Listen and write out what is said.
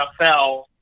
NFL